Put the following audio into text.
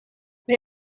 they